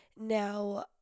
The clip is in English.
Now